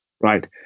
right